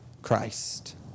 Christ